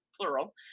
plural